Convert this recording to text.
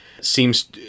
seems